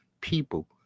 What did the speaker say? people